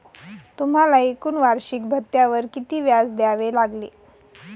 तुम्हाला एकूण वार्षिकी भत्त्यावर किती व्याज द्यावे लागले